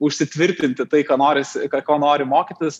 užsitvirtinti tai ką norisi ko nori mokytis